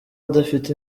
adafite